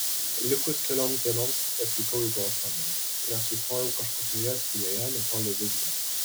likus kelioms dienoms atvykau į gotlandą ir apsistojau kažkokioje skylėje netoli visbio